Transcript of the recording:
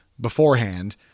beforehand